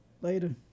Later